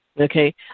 okay